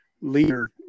leader